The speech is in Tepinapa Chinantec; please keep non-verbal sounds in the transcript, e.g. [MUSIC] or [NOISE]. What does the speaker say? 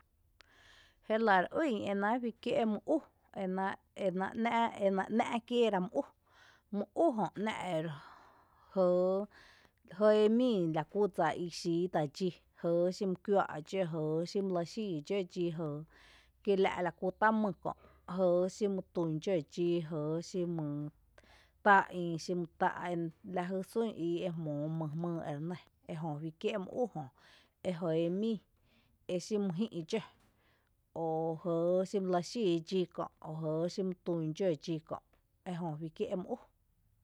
Jélⱥ re ýn e náa’ juí kié’ mý u, énaa’ nⱥ’ [HESITATION] énaa’ nⱥ’ kiéera mý u, mý u jö [HESITATION] jö nⱥ’ e jɇɇ jɇe míi lakú dsa i xiítá’ dxí, jɇɇ xí my kuⱥⱥ’ dxǿ, jɇɇ xí my lɇ xíi dxǿ dxí jɇɇ, kiela’ lakú tá’ mý kö’ jɇɇ xí my tun dxǿ dxí jɇɇ xí my tá’ ï xi my tá’ lajy sún íi ejmoo mý jmýy ere nɇ, ejö juí kié’ mý u jö, e jɇe mii exí my jï’ dxǿ o jɇɇ xí my lɇ xíi dxí kö’, o jɇɇ xí my tun dxó dxí kö´ejö juí kié’ mý u.